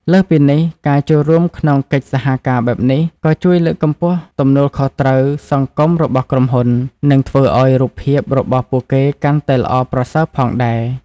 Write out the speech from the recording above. លើសពីនេះ ការចូលរួមក្នុងកិច្ចសហការបែបនេះ ក៏ជួយលើកកម្ពស់ទំនួលខុសត្រូវសង្គមរបស់ក្រុមហ៊ុន និងធ្វើឲ្យរូបភាពរបស់ពួកគេកាន់តែល្អប្រសើរផងដែរ។